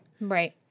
Right